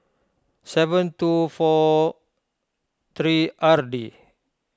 seven two four three R D